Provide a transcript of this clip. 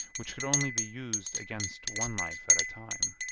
which could only be used against one life at a time.